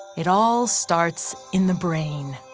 it all starts in the brain.